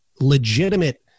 legitimate